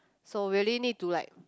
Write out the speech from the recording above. so really need to like